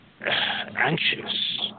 anxious